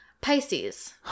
Pisces